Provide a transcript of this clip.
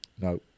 No